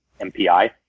MPI